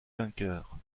vainqueur